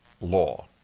law